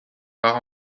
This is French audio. part